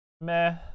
meh